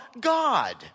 God